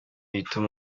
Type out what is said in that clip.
bituma